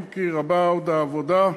אם כי רבה עוד העבודה.